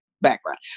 background